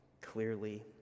clearly